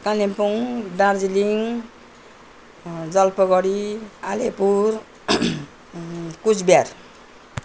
कालिम्पोङ दार्जिलिङ जलपाइगढी अलिपुर अनि कुच बिहार